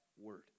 word